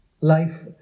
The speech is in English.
Life